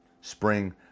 spring